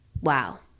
wow